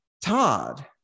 Todd